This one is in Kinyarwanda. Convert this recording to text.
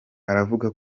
aravuga